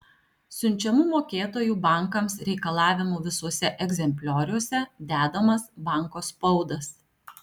siunčiamų mokėtojų bankams reikalavimų visuose egzemplioriuose dedamas banko spaudas